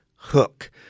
hook